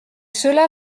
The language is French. cela